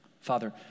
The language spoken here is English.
Father